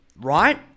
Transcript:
right